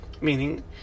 meaning